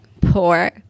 poor